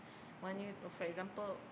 want you for example